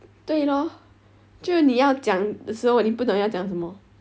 对 lor 就你要讲的时候你不懂要讲什么